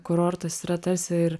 kurortas yra tarsi ir